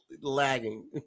Lagging